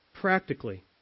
practically